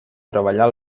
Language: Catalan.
treballar